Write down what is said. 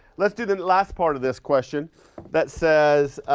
let's do the last part of this question that says